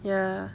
ya